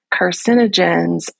carcinogens